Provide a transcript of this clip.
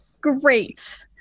Great